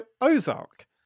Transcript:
ozark